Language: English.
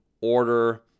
order